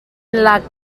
lak